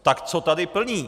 Tak co tady plní?